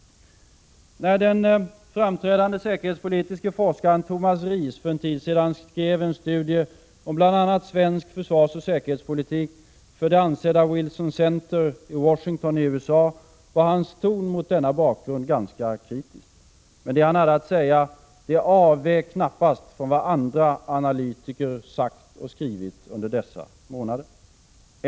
När den framträdande säkerhetspolitiske forskaren Tomas Ries för en tid sedan skrev en studie om bl.a. svensk försvarspolitik för det ansedda Wilson Center i Washington, USA, var hans ton mot denna bakgrund ganska kritisk. Men det han hade att säga avvek knappast från vad andra analytiker sagt och skrivit under dessa månader.